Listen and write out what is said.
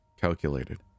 calculated